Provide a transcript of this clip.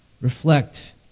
reflect